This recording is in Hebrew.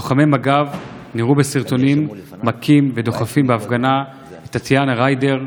לוחמי מג"ב נראו בסרטונים מכים ודוחפים בהפגנה את טטיאנה ריידר,